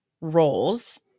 roles